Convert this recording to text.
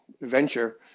venture